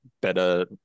better